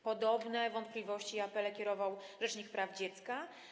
Podobne wątpliwości i apele kierował rzecznik praw dziecka.